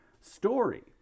story